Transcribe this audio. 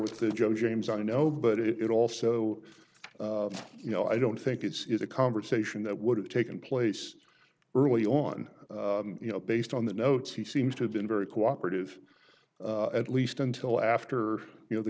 with the judge james i know but it also you know i don't think it's a conversation that would have taken place early on and you know based on the notes he seems to have been very cooperative at least until after you know the